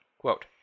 Quote